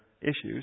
issues